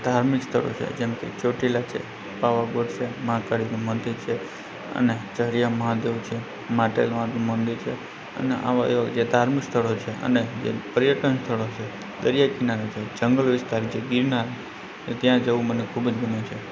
ધાર્મિક સ્થળો છે જેમ કે ચોટીલા છે પાવાગઢ છે મહાકાળીનું મંદિર છે અને ઝરિયા મહાદેવ છે માટેલ માતનું મંદિર છે અને આવાં એવાં જે ધાર્મિક સ્થળો છે અને જે પર્યટન સ્થળો છે દરિયાકિનારો છે જંગલ વિસ્તાર છે ગિરનાર એ ત્યાં જવું મને ખૂબ જ ગમે છે